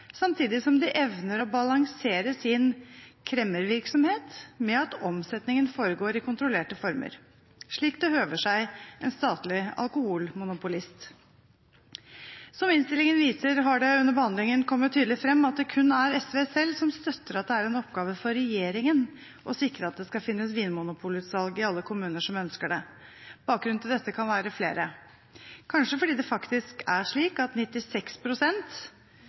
samtidig som man evner å balansere sin kremmervirksomhet med at omsetningen foregår i kontrollerte former, slik det høver seg en statlig alkoholmonopolist. Som innstillingen viser, har det under behandlingen kommet tydelig fram at det kun er SV selv som støtter at det er en oppgave for regjeringen å sikre at det skal finnes vinmonopolutsalg i alle kommuner som ønsker det. Grunnene til dette kan være flere. Kanskje er det fordi det faktisk er slik at